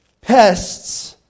pests